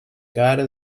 cara